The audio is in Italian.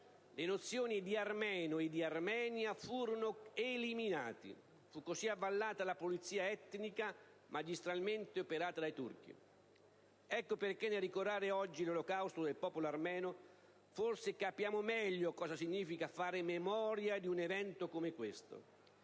le nozioni di "armeno" e di "Armenia" furono eliminate; fu così avallata la pulizia etnica magistralmente operata dai turchi. Ecco perché, nel ricordare oggi l'olocausto del popolo armeno, forse capiamo meglio cosa significa fare memoria di un evento come questo.